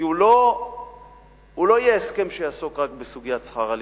כי הוא לא יהיה הסכם שיעסוק רק בסוגיית שכר הלימוד,